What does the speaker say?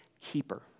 keeper